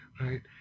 right